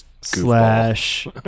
Slash